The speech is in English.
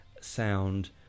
sound